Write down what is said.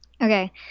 Okay